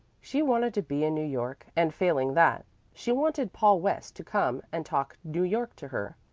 she wanted to be in new york, and failing that she wanted paul west to come and talk new york to her,